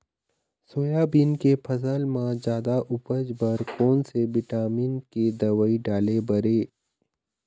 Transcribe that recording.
Soybean के फसल म जादा उपज बर कोन से विटामिन के दवई डाले बर ये?